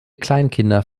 kleinkinder